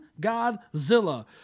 Godzilla